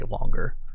longer